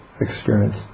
experience